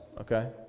okay